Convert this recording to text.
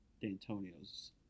D'Antonio's